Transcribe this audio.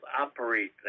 operate